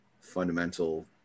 fundamental